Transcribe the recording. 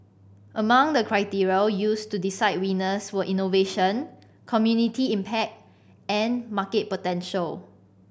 among the criteria used to decide winners were innovation community impact and market potential